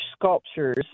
sculptures